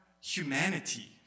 humanity